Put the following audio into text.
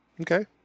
Okay